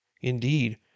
Indeed